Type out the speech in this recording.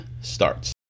starts